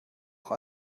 auch